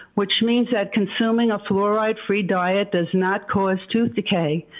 which means that consuming a fluoride free diet does not cause tooth decay.